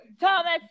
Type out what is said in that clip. Thomas